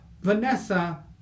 Vanessa